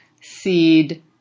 seed